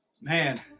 Man